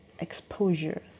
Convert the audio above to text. exposure